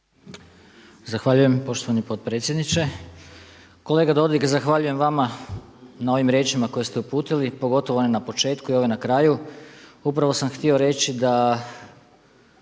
Zahvaljujem poštovani potpredsjedniče. Kolega Dodig, zahvaljujem vama na ovim riječima koje ste uputili pogotovo one na početku i ove na kraju. Upravo sam htio reći da